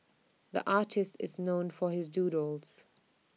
the artist is known for his doodles